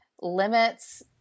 limits